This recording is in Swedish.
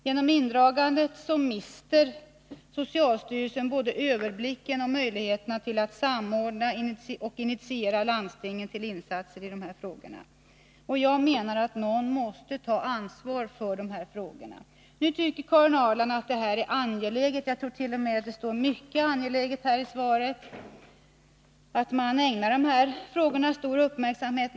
Genom indragandet mister socialstyrelsen både överblicken och möjligheterna till att samordna och initiera landstingen till insatser i dessa frågor. Jag menar att någon måste ta ansvar för dem. Nu tycker Karin Ahrland att det är angeläget, jag tror t.o.m. att det står ”mycket angeläget” i svaret, att ägna de här frågorna stor uppmärksamhet.